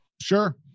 Sure